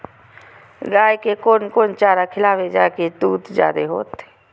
गाय के कोन कोन चारा खिलाबे जा की दूध जादे होते?